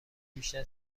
بیشتر